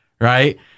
right